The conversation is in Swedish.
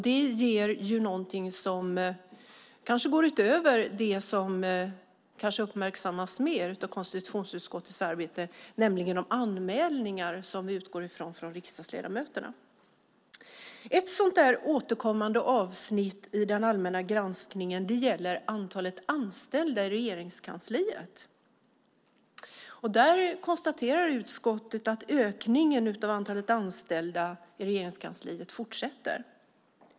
Det ger någonting som kanske går utöver det som kanske uppmärksammas mer av konstitutionsutskottets arbete, nämligen de anmälningar som utgår från riksdagsledamöterna. Ett sådant återkommande avsnitt i den allmänna granskningen gäller antalet anställda i Regeringskansliet. Utskottet konstaterar att ökningen av antalet anställda i Regeringskansliet fortsätter.